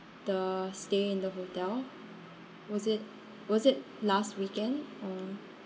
the stay in the hotel was it was it last weekend uh